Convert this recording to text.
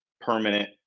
permanent